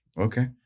Okay